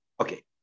Okay